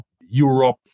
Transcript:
Europe